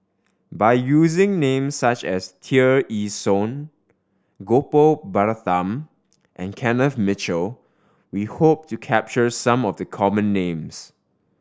by using names such as Tear Ee Soon Gopal Baratham and Kenneth Mitchell we hope to capture some of the common names